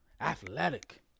Athletic